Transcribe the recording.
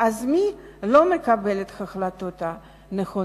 אז מי לא מקבל את ההחלטות הנכונות?